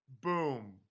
boom